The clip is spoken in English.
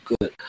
good